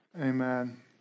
amen